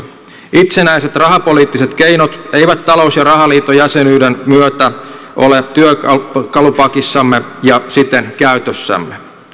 itsenäiset rahapoliittiset keinot eivät talous ja rahaliiton jäsenyyden myötä ole työkalupakissamme ja siten käytössämme